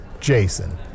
Jason